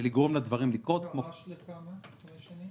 לגרום לדברים לקרות -- תכנית רב-שנתית לכמה שנים?